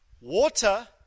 Water